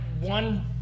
one